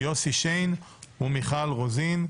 יוסי שיין ומיכל רוזין.